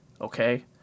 okay